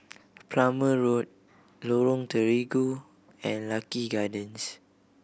Plumer Road Lorong Terigu and Lucky Gardens